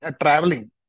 traveling